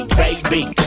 baby